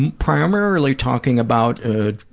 and primarily talking about ah,